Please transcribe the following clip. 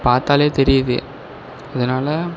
பார்த்தாலே தெரியுது இதனால்